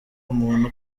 umuntu